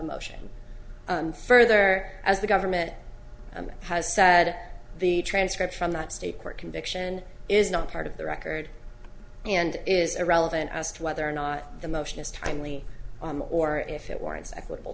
a motion and further as the government has said the transcript from that state court conviction is not part of the record and is irrelevant as to whether or not the motion is timely or if it warrants equitable